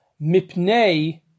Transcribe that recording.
Mipnei